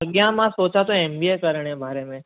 अॻियां मां सोचा थो एम बी ए करण जे बारे में